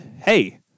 hey